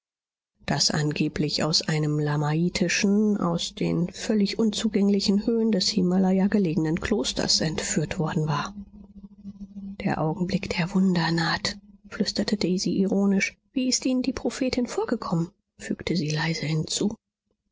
das angeblich aus einem lamaitischen auf den völlig unzugänglichen höhen des himalaja gelegenen kloster entführt worden war der augenblick der wunder naht flüsterte daisy ironisch wie ist ihnen die prophetin vorgekommen fügte sie leise hinzu